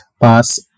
pass